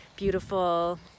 beautiful